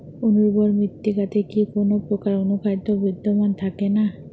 অনুর্বর মৃত্তিকাতে কি কোনো প্রকার অনুখাদ্য বিদ্যমান থাকে না?